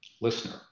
listener